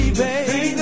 baby